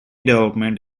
development